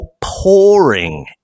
pouring